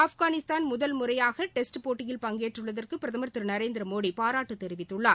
ஆப்கானிஸ்தான் முதல் முறையாக டெஸ் போட்டியில் பங்கேற்றுள்ளதற்கு பிரதமர் கிரு நரேந்திரமோடி பாராட்டு தெரிவித்துள்ளார்